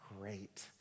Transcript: great